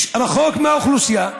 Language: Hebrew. רחוק מהאוכלוסייה,